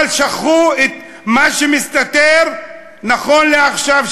אבל שכחו את מה שמסתתר נכון לעכשיו,